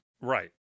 Right